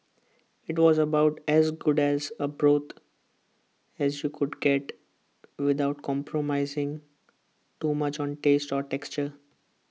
IT was about as good as A broth as you could get without compromising too much on taste or texture